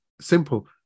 simple